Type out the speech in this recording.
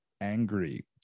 angry